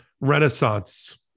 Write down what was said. renaissance